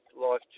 life